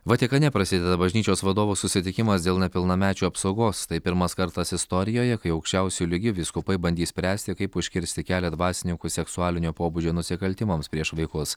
vatikane prasideda bažnyčios vadovų susitikimas dėl nepilnamečių apsaugos tai pirmas kartas istorijoje kai aukščiausiu lygiu vyskupai bandys spręsti kaip užkirsti kelią dvasininkų seksualinio pobūdžio nusikaltimams prieš vaikus